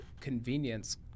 convenience